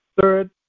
Third